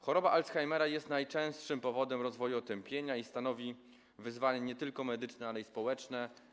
Choroba Alzheimera jest najczęstszym powodem rozwoju otępienia i stanowi wyzwanie nie tylko medyczne, ale i społeczne.